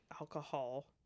alcohol